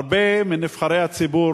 הרבה מנבחרי הציבור,